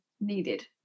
needed